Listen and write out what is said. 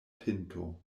pinto